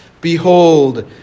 Behold